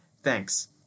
Thanks